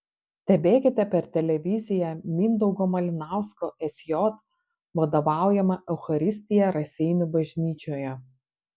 stebėkite per televiziją mindaugo malinausko sj vadovaujamą eucharistiją raseinių bažnyčioje